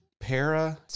Para